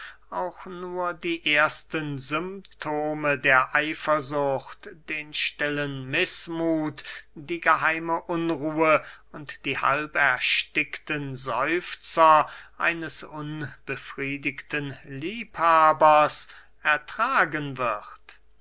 auch nur die ersten symptomen der eifersucht den stillen mißmuth die geheime unruhe und die halberstickten seufzer eines unbefriedigten liebhabers ertragen wird